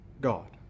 God